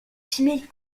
timide